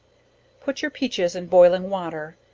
put your peaches in boiling water,